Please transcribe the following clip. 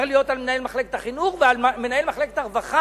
צריך להיות על מנהל מחלקת החינוך ועל מנהל מחלקת הרווחה.